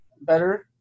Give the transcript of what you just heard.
better